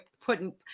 putting